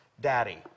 daddy